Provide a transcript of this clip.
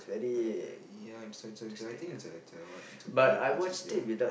uh ya and so so so I think it's the the what the black magic ya